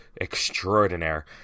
extraordinaire